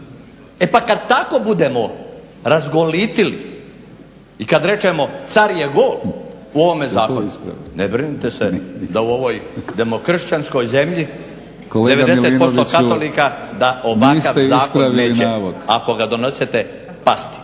E pa kad tako budemo razgolitili i kad rečemo car je gol u ovom zakonu, ne brinite se da u ovoj demokršćanskoj zemlji 90% katolika… **Batinić, Milorad